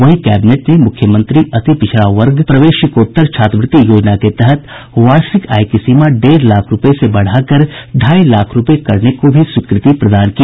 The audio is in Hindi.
वहीं कैबिनेट ने मुख्यमंत्री अति पिछड़ा वर्ग प्रवेशिकोत्तर छात्रवृत्ति योजना के तहत वार्षिक आय की सीमा डेढ़ लाख रूपये से बढ़ा कर ढ़ाई लाख रूपये करने को भी स्वीकृति प्रदान की